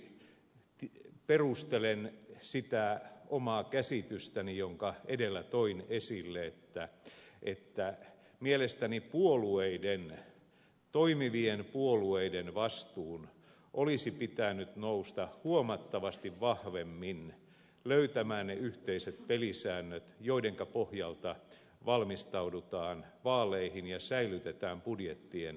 tämän vuoksi perustelen sitä omaa käsitystäni jonka edellä toin esille että mielestäni puolueiden toimivien puolueiden vastuulla olisi ollut nousta huomattavasti vahvemmin löytämään ne yhteiset pelisäännöt joidenka pohjalta valmistaudutaan vaaleihin ja säilytetään budjettien kohtuullisuus